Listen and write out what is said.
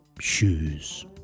shoes